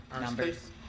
Numbers